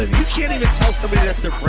can't even tell somebody that their